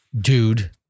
dude